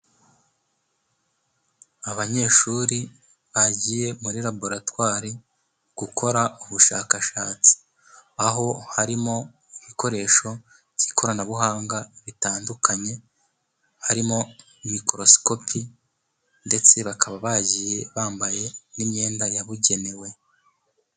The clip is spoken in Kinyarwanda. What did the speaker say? Abanyeshuri bagiye muri laboratwari gukora ubushakashatsi, aho harimo ibikoresho by'ikoranabuhanga bitandukanye harimo microscopi ndetse bakaba bagiye bambaye n'imyenda yabugenewe.